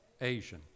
Asian